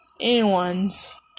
anyone's